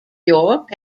york